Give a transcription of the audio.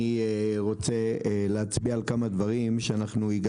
אני רוצה להצביע על כמה דברים שהגשנו.